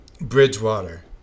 Bridgewater